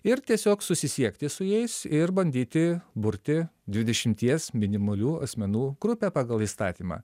ir tiesiog susisiekti su jais ir bandyti burti dvidešimties minimalių asmenų grupę pagal įstatymą